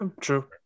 True